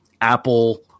Apple